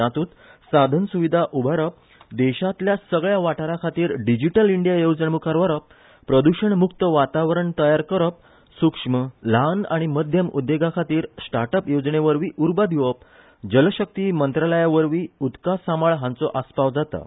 तातूंत सादनसूविधा उभारप देशांतल्या सगळ्या वाठारांखातीर डिजीटल इंडिया येवजण मुखार व्हरप प्रदषण मुक्त वातावरण तयार करप सुक्ष्म ल्हान आनी मध्यम उद्देगाखातीर स्टाटअप येवजणेवरवी उर्बा दिवप जलशक्ती मंत्रालयावरवी उदकासामाळ हांचो आसपाव जाता